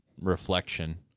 Reflection